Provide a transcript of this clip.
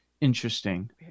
interesting